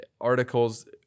articles